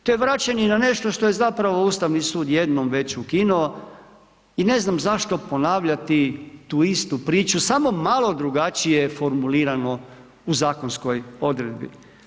To je vraćanje na nešto što je zapravo Ustavni sud jednom već ukinuo i ne znam zašto ponavljati tu istu priču samo malo drugačije formulirano u zakonskoj odredbi.